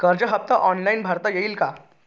कर्ज हफ्ता ऑनलाईन भरता येईल का?